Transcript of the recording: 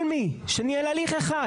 כל מי שניהל הליך אחד,